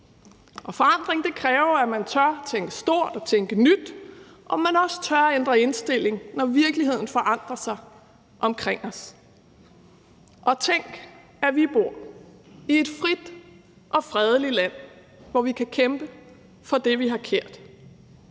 forandring kræver, at man tør tænke stort og tænke nyt, og at man også tør ændre indstilling, når virkeligheden forandrer sig omkring os. Og tænk, at vi bor i et frit og fredeligt land, hvor vi kan kæmpe for det, vi har kært.